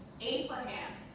Abraham